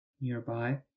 nearby